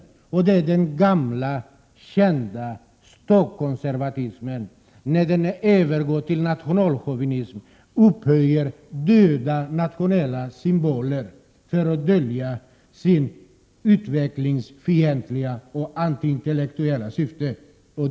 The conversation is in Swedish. Det handlar om den gamla kända stockkonservatismen när den övergår till nationalchauvinism och upphöjer döda nationella symboler för att dölja sina utvecklingsfientliga och antiintellektuella syften.